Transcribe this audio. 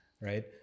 right